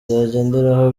bagenderaho